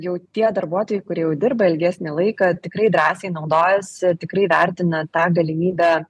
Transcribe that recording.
jau tie darbuotojai kurie jau dirba ilgesnį laiką tikrai drąsiai naudojas tikrai vertina tą galimybę